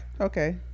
Okay